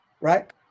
Right